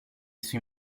sui